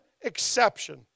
exception